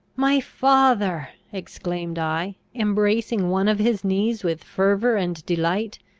my father! exclaimed i, embracing one of his knees with fervour and delight,